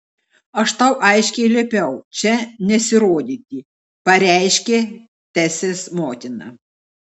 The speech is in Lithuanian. aš tau aiškiai liepiau čia nesirodyti pareiškė tesės motina